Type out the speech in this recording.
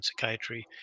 psychiatry